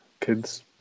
kids